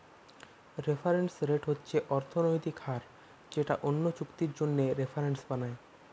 reference rate হচ্ছে অর্থনৈতিক হার যেটা অন্য চুক্তির জন্যে রেফারেন্স বানায়